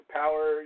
power